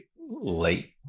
late